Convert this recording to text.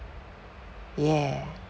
yeah